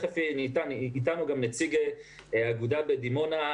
נמצא איתנו גם נציג האגודה בדימונה,